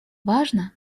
важно